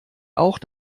auch